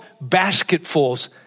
basketfuls